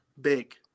big